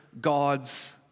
God's